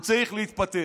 הוא צריך להתפטר.